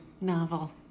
novel